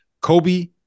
Kobe